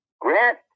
Grant